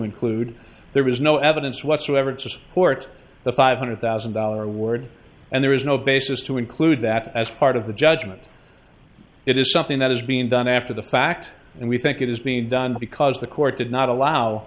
include there was no evidence whatsoever to support the five hundred thousand dollar award and there is no basis to include that as part of the judgment it is something that is being done after the fact and we think it is being done because the court did not allow